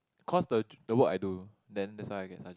cause the the work I do then that's why I get sergeant